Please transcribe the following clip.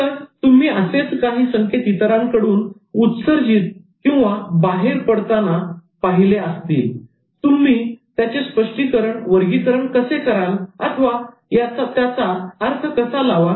तर तुम्ही असेच काही संकेत इतरांकडून उत्सर्जितबाहेर पडतानाहोताना पाहिले असेल तर तुम्ही त्याचे स्पष्टीकरण वर्गीकरण कसे कराल अथवा त्याचा अर्थ कसा लावाल